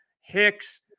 Hicks